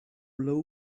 low